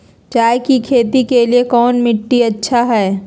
चाय की खेती के लिए कौन मिट्टी अच्छा हाय?